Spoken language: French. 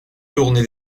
tourner